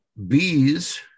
Bees